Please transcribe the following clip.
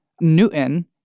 Newton